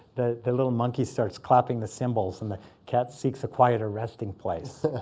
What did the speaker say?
the the little monkey starts clapping the symbols. and the cat seeks a quieter resting place.